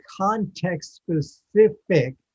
context-specific